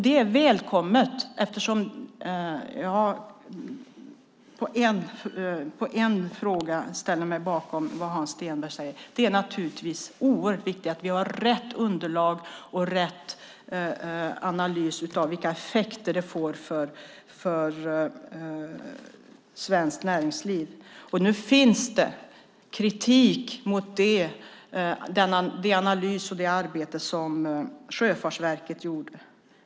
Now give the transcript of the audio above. Det är välkommet, eftersom jag i en fråga ställer mig bakom det Hans Stenberg säger: Det är naturligtvis oerhört viktigt att vi har rätt underlag och rätt analys av vilka effekter det får för svenskt näringsliv. Nu finns det kritik mot den analys och det arbete som Sjöfartsverket gjorde.